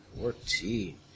Fourteen